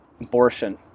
abortion